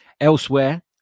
Elsewhere